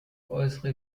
äußere